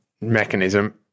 mechanism